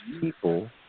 people